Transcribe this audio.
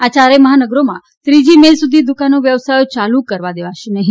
આ યારેય મહાનગરોમાં ત્રીજી મે સુધી દુકાનો વ્યવસાયો યાલુ કરવા દેવાશે નહી